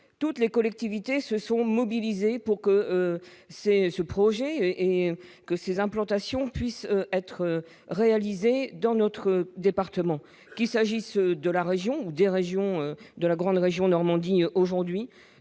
toutes les collectivités se sont mobilisés pour que ces ce projet et que ces implantations puisse être réalisé dans notre département, qu'il s'agisse de la région des régions de la grande région Normandie aujourd'hui